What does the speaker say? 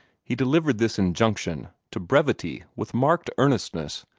he delivered this injunction to brevity with marked earnestness,